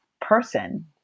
person